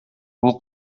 бул